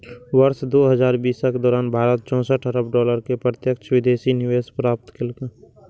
वर्ष दू हजार बीसक दौरान भारत चौंसठ अरब डॉलर के प्रत्यक्ष विदेशी निवेश प्राप्त केलकै